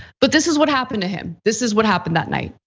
but this is what happened to him. this is what happened that night.